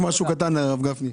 רק משהו קטן לפני זה, הרב גפני.